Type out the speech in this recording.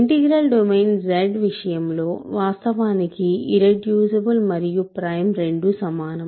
integral domain Z విషయంలో వాస్తవానికి irreducible మరియు ప్రైమ్ రెండూ సమానం